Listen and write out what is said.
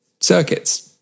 circuits